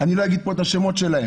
אני לא אגיד פה את השמות שלהם.